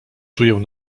czuję